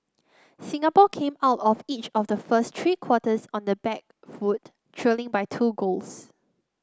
Singapore came out of each of the first three quarters on the back foot trailing by two goals